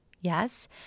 Yes